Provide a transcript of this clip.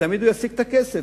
תמיד הוא ישיג את הכסף,